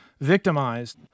victimized